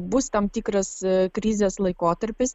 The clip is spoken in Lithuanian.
bus tam tikras krizės laikotarpis